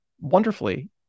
wonderfully